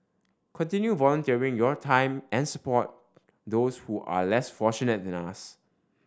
continue volunteering your time and support those who are less fortunate than us